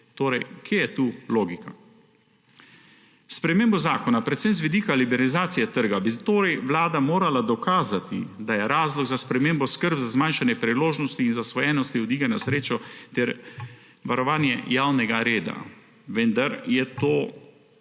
Kje je tu logika? S spremembo zakona, predvsem z vidika liberalizacije trga, bi torej Vlada morala dokazati, da je razlog za spremembo skrb za zmanjšanje priložnosti in zasvojenosti od iger na srečo ter varovanje javnega reda, vendar je ob